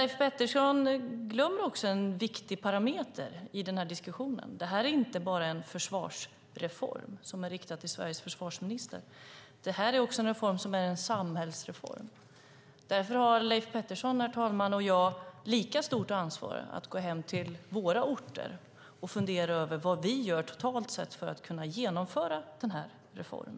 Leif Pettersson glömmer dock en viktig parameter i denna diskussion. Det är inte bara en försvarsreform som riktar sig till Sveriges försvarsminister; det är också en samhällsreform. Därför har Leif Pettersson och jag lika stort ansvar att gå hem till våra orter och fundera över vad vi gör totalt sett för att kunna genomföra denna reform.